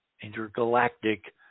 intergalactic